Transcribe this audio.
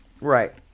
Right